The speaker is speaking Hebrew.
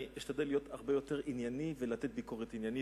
אשתדל להיות הרבה יותר ענייני ולתת ביקורת עניינית,